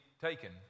taken